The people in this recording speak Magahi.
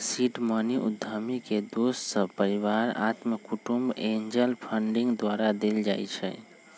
सीड मनी उद्यमी के दोस सभ, परिवार, अत्मा कुटूम्ब, एंजल फंडिंग द्वारा देल जाइ छइ